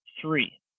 three